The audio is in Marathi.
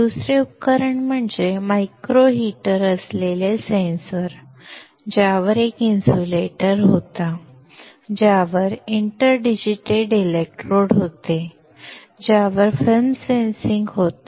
दुसरे उपकरण म्हणजे मायक्रो हीटर असलेले सेन्सर ज्यावर एक इन्सुलेटर होता ज्यावर इंटर डिजिटेटेड इलेक्ट्रोड होते ज्यावर फिल्म सेन्सिंग होते